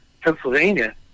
Pennsylvania